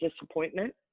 disappointment